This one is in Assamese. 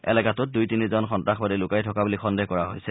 এলেকাটোত দুই তিনিজন সন্নাসবাদী লুকাই থকা বুলি সন্দেহ কৰা হৈছে